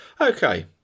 Okay